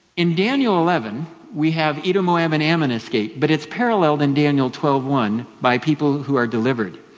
in daniel eleven, we have edom, moab and ammon escape. but its parallelled in daniel twelve one, by people who are delivered.